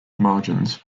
margins